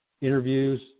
interviews